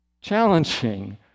challenging